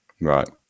right